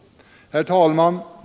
Herr talman!